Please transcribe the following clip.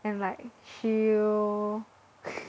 and like shield